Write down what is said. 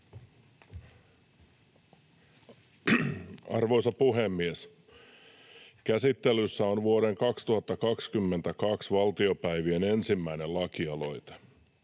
Arvoisa puhemies! Käsittelyssä on vuoden 2022 valtiopäivien ensimmäinen lakialoite.